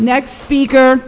next speaker